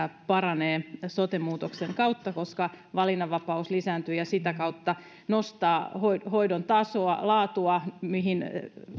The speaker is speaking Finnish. paranee sote muutoksen kautta koska valinnanvapaus lisääntyy ja sitä kautta nostaa hoidon hoidon tasoa laatua mihin